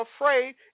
afraid